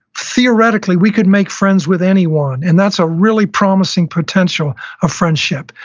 theoretically, we could make friends with anyone, and that's a really promising potential of friendship.